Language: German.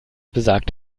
besagt